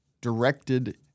directed